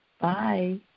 Bye